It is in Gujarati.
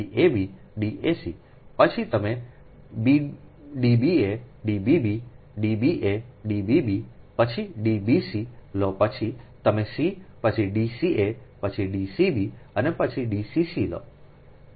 પછી તમે b D b a D b b D b a D b b પછી d b c લો પછી તમે c પછી d ca પછી d cb અને પછી d ccલો